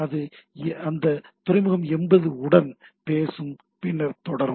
அது அந்த துறைமுகம் 80 உடன் பேசும் பின்னர் தொடரும்